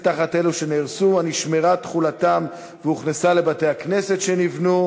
אני לא מכירה את התאריכים המדויקים.